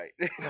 right